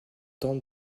tente